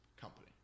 company